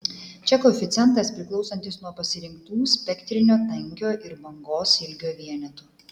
čia koeficientas priklausantis nuo pasirinktų spektrinio tankio ir bangos ilgio vienetų